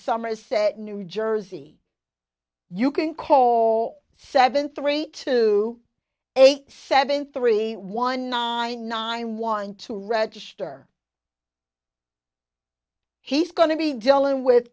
somerset new jersey you can call seven three two eight seven three one zero nine nine one to register he's going to be dealing with